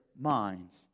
minds